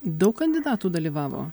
daug kandidatų dalyvavo